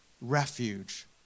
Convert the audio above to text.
refuge